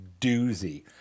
doozy